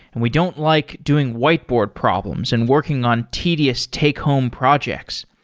and we don't like doing whiteboard problems and working on tedious take home projects.